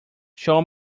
show